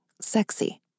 sexy